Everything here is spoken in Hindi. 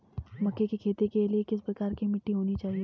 मक्के की खेती के लिए किस प्रकार की मिट्टी होनी चाहिए?